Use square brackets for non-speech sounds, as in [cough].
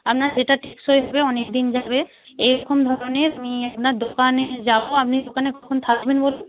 আপনার যেটা টেকসই হবে অনেকদিন যাবে এইরকম ধরনের নিয়ে [unintelligible] দোকানে যাব আপনি দোকানে কখন থাকবেন বলুন